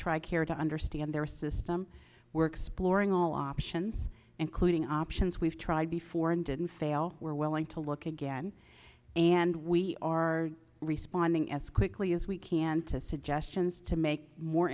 care to understand their system works boring all options including options we've tried before and didn't fail we're willing to look again and we are responding as quickly as we can to suggestions to make more